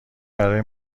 برای